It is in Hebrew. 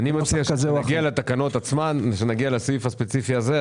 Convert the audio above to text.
אני מציע שכאשר נגיע לסעיף הספציפי הזה,